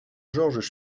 georges